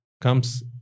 comes